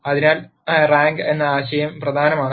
അതിനാൽ റാങ്ക് എന്ന ആശയം പ്രധാനമാണ്